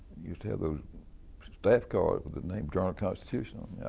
used to have those staff cards with the name journal-constitution on